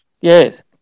Yes